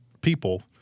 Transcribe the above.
people